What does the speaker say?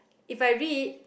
If I read